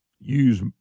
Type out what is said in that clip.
use